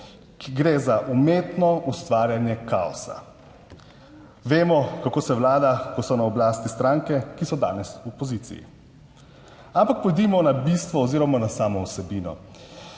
Gre za umetno ustvarjanje kaosa. Vemo, kako se vlada, ko so na oblasti stranke, ki so danes v opoziciji. Ampak pojdimo na bistvo oziroma na samo vsebino.